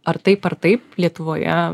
ar taip ar taip lietuvoje